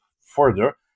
further